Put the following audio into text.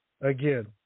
again